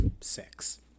six